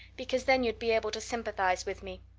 because then you'd be able to sympathize with me.